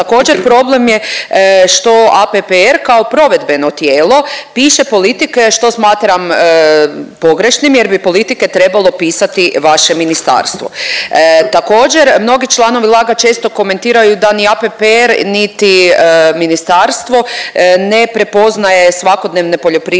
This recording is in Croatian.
Također, problem je što APPRRR kao provedeno tijelo piše politike, što smatram pogrešnim jer bi politike trebalo pisati vaše ministarstvo. Također, mnogi članovi LAG-a često komentiraju da ni APPRRR niti ministarstvo ne prepoznaje svakodnevne poljoprivredne